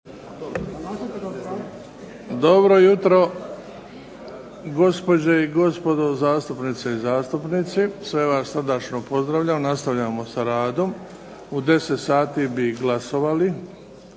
Dobro jutro, gospođe i gospodo zastupnice i zastupnici. Sve vas srdačno pozdravljam. Nastavljamo s radom. U 10 sati bi glasovali